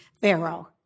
Pharaoh